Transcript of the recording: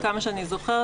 עד כמה שאני זוכרת,